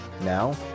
Now